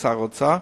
כשר האוצר,